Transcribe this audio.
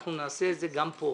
אנחנו נעשה את זה גם פה,